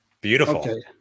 Beautiful